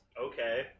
Okay